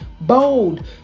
bold